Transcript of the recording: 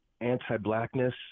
anti-blackness